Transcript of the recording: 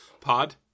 Pod